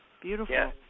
beautiful